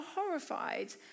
horrified